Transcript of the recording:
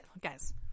guys